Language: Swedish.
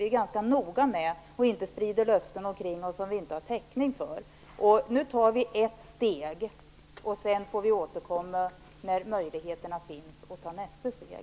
Vi är ganska noga med att inte sprida löften omkring oss som vi inte har täckning för. Nu tar vi ett steg. Sedan får vi återkomma när det finns möjligheter att ta nästa steg.